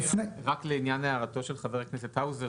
לעניין הערתו של חבר הכנסת האוזר,